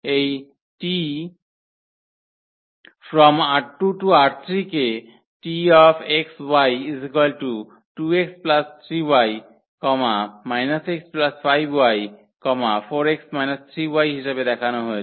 এই 𝑇 ℝ2 → ℝ3 কে 𝑇xy2x3y x5y 4x 3y হিসাবে দেখানো হয়েছে